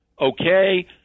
okay